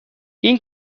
این